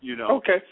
Okay